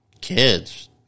kids